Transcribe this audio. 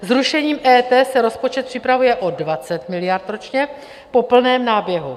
Zrušením EET se rozpočet připravuje o 20 miliard ročně po plném náběhu.